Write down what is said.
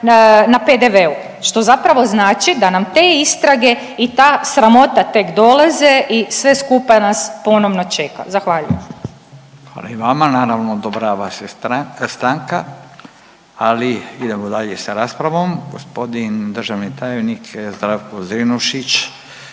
na PDV-u. Što zapravo znači da nam te istrage i ta sramota tek dolaze i sve skupa nas ponovno čeka. Zahvaljujem. **Radin, Furio (Nezavisni)** Hvala i vama naravno odobrava se stanka, ali idemo dalje sa raspravom. Gospodin državni tajnik Zdravko Zrinušić